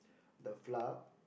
the flour